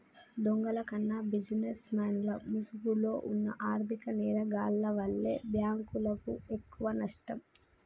దొంగల కన్నా బిజినెస్ మెన్ల ముసుగులో వున్న ఆర్ధిక నేరగాల్ల వల్లే బ్యేంకులకు ఎక్కువనష్టం